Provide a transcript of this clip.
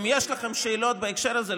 אם יש לכם שאלות בהקשר הזה,